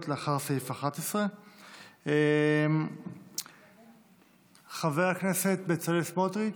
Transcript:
לאחר סעיף 11. חבר הכנסת בצלאל סמוטריץ'